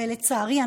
לצערי,